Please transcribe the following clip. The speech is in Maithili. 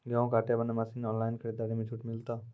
गेहूँ काटे बना मसीन ऑनलाइन खरीदारी मे छूट मिलता?